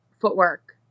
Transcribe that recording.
footwork